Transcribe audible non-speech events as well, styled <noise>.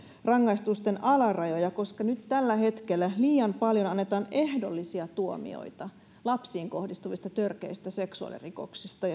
rangaistusten alarajoja koska nyt tällä hetkellä liian paljon annetaan ehdollisia tuomioita lapsiin kohdistuvista törkeistä seksuaalirikoksista <unintelligible>